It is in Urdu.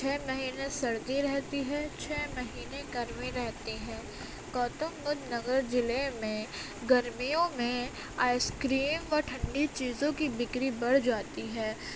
چھ مہینے سردی رہتی ہے چھ مہینے گرمی رہتی ہے گوتم بدھ نگر ضلعے میں گرمیوں میں آئس کریم و ٹھنڈی چیزوں کی بکری بڑھ جاتی ہے